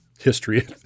history